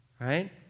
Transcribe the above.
Right